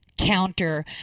counter